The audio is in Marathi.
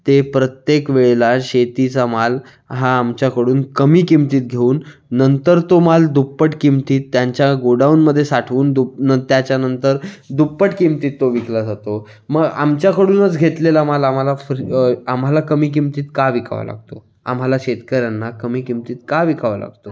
ते प्रत्येक वेळेला शेतीचा माल हा आमच्याकडून कमी किमतीत घेऊन नंतर तो माल दुप्पट किमतीत त्यांच्या गोडाऊनमध्ये साठवून दुप नन त्याच्यानंतर दुप्पट किमतीत तो विकला जातो म आमच्याकडूनच घेतलेला माल आम्हाला फ्री आम्हाला कमी किमतीत का विकावा लागतो आम्हाला शेतकऱ्यांना कमी किमतीत का विकावा लागतो